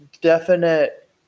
definite